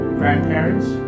grandparents